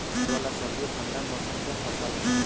जड़ वाला सब्जि ठंडा मौसम के फसल हइ